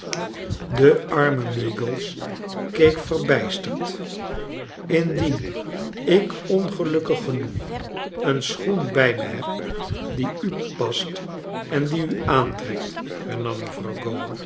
de arme meagles keek verbijsterd indien ik ongelukkig genoeg een schoen bij mij heb die u past en dien u aantrekt hernam mevrouw